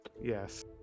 Yes